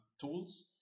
tools